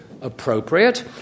appropriate